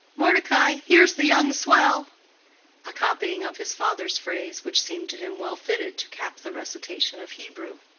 mordecai, here's the young swell a copying of his father's phrase, which seemed to him well fitted to cap the recitation of hebrew.